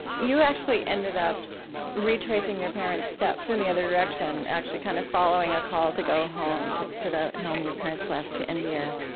you actually ended up retracing your parents' steps in the other direction, actually kind of following a call to go home, to to the home your parents left to india.